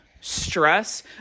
stress